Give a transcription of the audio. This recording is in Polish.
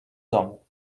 domu